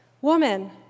Woman